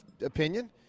opinion